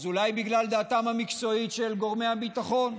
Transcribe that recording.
אז אולי בגלל דעתם המקצועית של גורמי הביטחון.